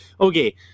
Okay